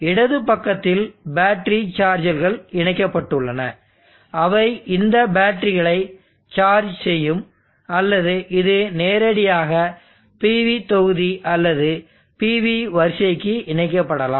இடது பக்கத்தில் பேட்டரி சார்ஜர்கள் இணைக்கப்பட்டுள்ளன அவை இந்த பேட்டரிகளை சார்ஜ் செய்யும் அல்லது இது நேரடியாக PV தொகுதி அல்லது PV வரிசைக்கு இணைக்கப்படலாம்